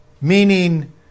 meaning